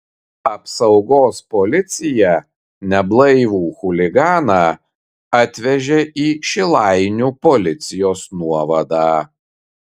apsaugos policija neblaivų chuliganą atvežė į šilainių policijos nuovadą